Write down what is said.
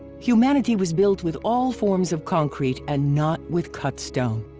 humanity was built with all forms of concrete and not with cut stone.